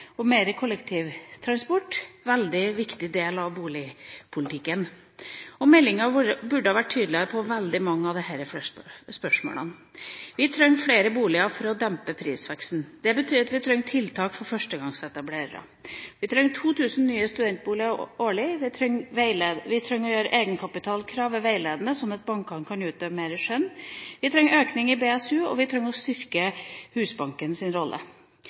om mer kollektivtransport, en veldig viktig del av boligpolitikken. Meldinga burde vært tydeligere på mange av disse spørsmålene. Vi trenger flere boliger for å dempe prisveksten. Det betyr at vi trenger tiltak for førstegangsetablerere. Vi trenger 2 000 nye studentboliger årlig. Vi trenger å gjøre egenkapitalkrav veiledende, slik at bankene kan utøve mer skjønn. Vi trenger økning i BSU, og vi trenger å styrke Husbankens rolle.